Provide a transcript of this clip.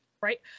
Right